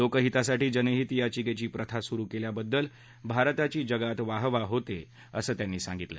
लोकहितासाठी जनहित याचिकेची प्रथा सुरु केल्याबद्दल भारताची जगात वाहवा होते असं ते म्हणाले